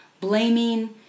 blaming